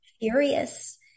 furious